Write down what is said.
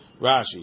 Rashi